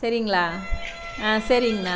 சரிங்களா ஆ சரிங்ண்ணா